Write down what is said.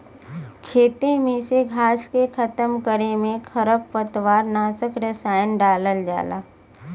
खेते में से घास के खतम करे में खरपतवार नाशक रसायन डालल जाला